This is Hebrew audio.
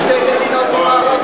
שהוא, שתי מדינות ממערב לירדן.